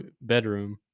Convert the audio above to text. bedroom